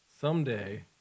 Someday